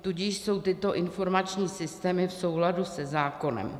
Tudíž jsou tyto informační systémy v souladu se zákonem.